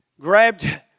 grabbed